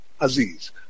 Aziz